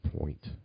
point